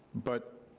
but